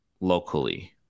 locally